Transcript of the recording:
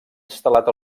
instal·lat